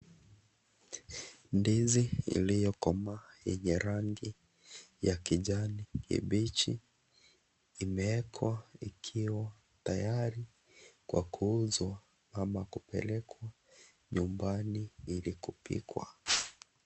Ndizi iliyokomaa, yenye rangi ya kijani kibichi. Imewekwa ikiwa tayari kwa kuuzwa ama kupelekwa nyumbani ili kupikwa.